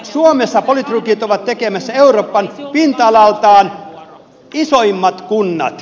suomessa politrukit ovat tekemässä euroopan pinta alaltaan isoimmat kunnat